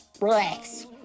relax